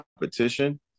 competition